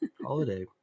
Holiday